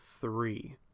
three